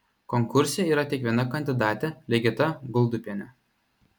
konkurse yra tik viena kandidatė ligita guldupienė